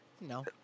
No